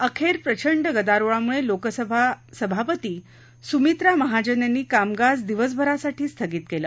अखेर प्रचंड गदारोळामुळे लोकसभा सभापती सुमित्रा महाजन यांनी कामकाज दिवसभरासाठी स्थगित केलं